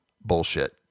bullshit